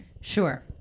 Sure